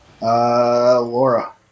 Laura